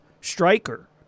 striker